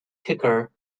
kicker